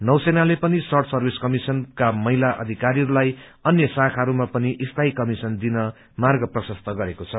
नौसेनाले पनि र्शट सर्विस कमीशनका महिला अधिकारीहरूलाई अन्य शाखाहरूमा पनि स्थायी कमीशन दिन र्माग प्रशस्त गरेको छ